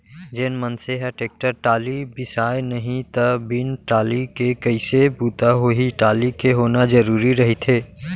जेन मनसे ह टेक्टर टाली बिसाय नहि त बिन टाली के कइसे बूता होही टाली के होना जरुरी रहिथे